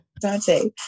Dante